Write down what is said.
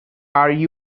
edge